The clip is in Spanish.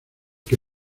que